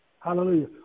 Hallelujah